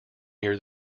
near